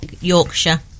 Yorkshire